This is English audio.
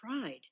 pride